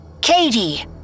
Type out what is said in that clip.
Katie